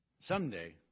Someday